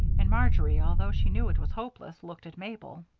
and marjory, although she knew it was hopeless, looked at mabel.